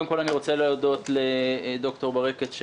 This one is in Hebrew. קודם כול אני רוצה להודות לד"ר ברקת,